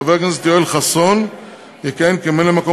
חבר הכנסת יואל חסון יכהן כממלא-מקום